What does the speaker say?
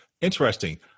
Interesting